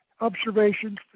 observations